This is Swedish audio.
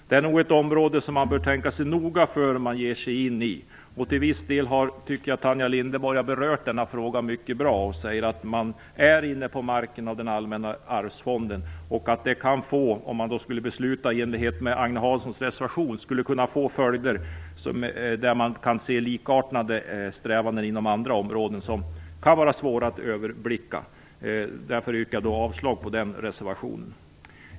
Det är nog ett område som man bör tänka sig noga för innan man ger sig in på. Till viss del tycker jag att Tanja Linderborg har berört denna fråga mycket bra. Hon säger att man är inne på Allmänna arvsfondens mark, vilket - om man nu beslutade i enlighet med Agne Hanssons reservation - skulle kunna få följder som kan vara svåra att överblicka. Därför yrkar jag avslag på den reservationen.